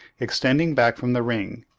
extending back from the ring.